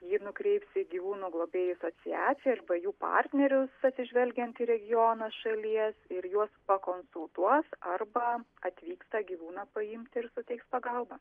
jį nukreips į gyvūnų globėjų sociaciją arba jų partnerius atsižvelgiant į regioną šalies ir juos pakonsultuos arba atvyksta gyvūną paimti ir suteiks pagalbą